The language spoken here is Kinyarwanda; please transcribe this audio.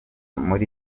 muri